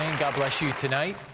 god bless you tonight.